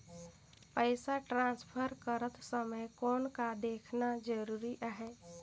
पइसा ट्रांसफर करत समय कौन का देखना ज़रूरी आहे?